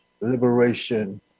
Liberation